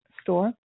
Store